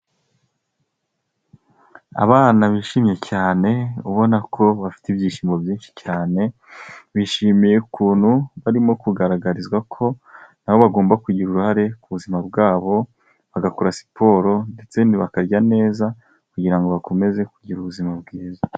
Abana bishimye cyane, ubona ko bafite ibyishimo byinshi cyane, bishimiye ukuntu barimo kugaragarizwa ko nabo bagomba kugira uruhare ku buzima bwabo, bagakora siporo, ndetse bakarya neza, kugira ngo bakomeze kugira ubuzima bwiza.